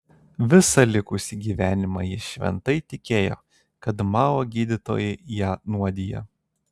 visą likusį gyvenimą ji šventai tikėjo kad mao gydytojai ją nuodija